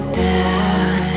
down